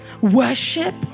worship